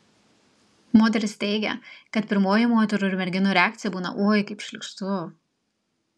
moteris teigia kad pirmoji moterų ir merginų reakcija būna oi kaip šlykštu